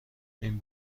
این